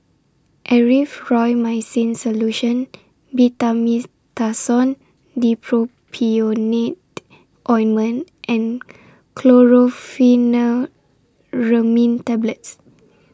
Erythroymycin Solution Betamethasone Dipropionate Ointment and Chlorpheniramine Tablets